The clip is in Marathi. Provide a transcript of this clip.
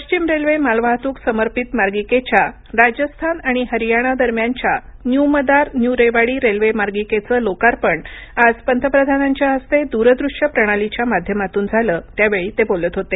पश्चिम रेल्वे मालवाहतूक समर्पित मार्गिकेच्या राजस्थान आणि हरियाणा दरम्यानच्या new Madar new Rewari railway मार्गिकेचं लोकार्पण आज पंतप्रधानांच्या हस्ते दूरदृष्य प्रणालीच्या माध्यमातून झालं त्यावेळी ते बोलत होते